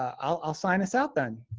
um i'll sign us out then.